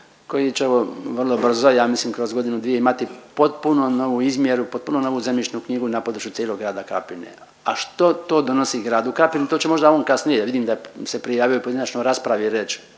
koji će evo vrlo brzo ja mislim kroz godinu, dvije imati potpuno novu izmjeru, potpuno novu zemljišnu knjigu na području cijelog grada Krapine. A što to donosi gradu Krapini? To će možda on kasnije, vidim da se prijavio u pojedinačnoj raspravi reć